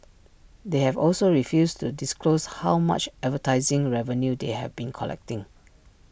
they have also refused to disclose how much advertising revenue they have been collecting